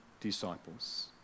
disciples